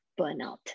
burnout